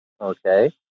Okay